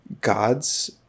God's